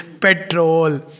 petrol